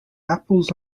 apples